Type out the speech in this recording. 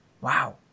Wow